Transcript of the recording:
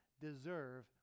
deserve